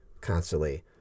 constantly